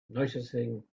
noticing